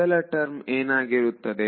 ಮೊದಲ ಟರ್ಮ್ ಏನಾಗಿರುತ್ತೆ